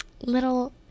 little